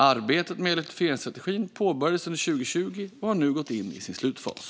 Arbetet med elektrifieringsstrategin påbörjades under 2020 och har nu gått in i sin slutfas.